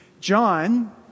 John